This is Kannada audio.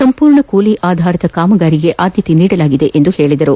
ಸಂಪೂರ್ಣ ಕೂಲಿ ಆಧಾರಿತ ಕಾಮಗಾರಿಗೆ ಆದ್ಯತೆ ನೀಡಲಾಗಿದೆ ಎಂದು ಹೇಳಿದರು